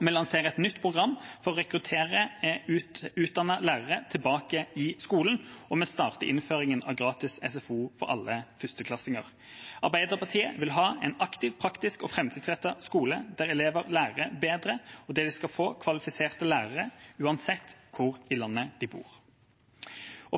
Vi lanserer et nytt program for å rekruttere utdannede lærere tilbake i skolen, og vi starter innføringen av gratis SFO for alle førsteklassinger. Arbeiderpartiet vil ha en aktiv, praktisk og framtidsrettet skole, der elever lærer bedre, og der de skal få kvalifiserte lærere uansett hvor i landet de bor.